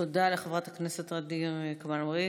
תודה לחברת הכנסת ע'דיר כמאל מריח.